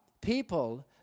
people